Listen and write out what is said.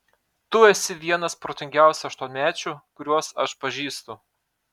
tu esi vienas protingiausių aštuonmečių kuriuos aš pažįstu